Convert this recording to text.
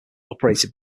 operated